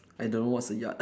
I don't know what's a yard